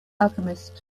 alchemist